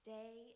day